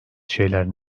şeyler